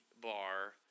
bar